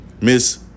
Miss